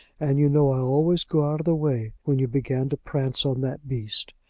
and you know i always go out of the way when you begin to prance on that beast.